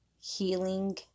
healing